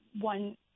one